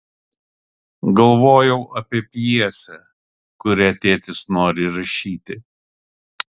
galvojau apie pjesę kurią tėtis nori rašyti